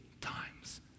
times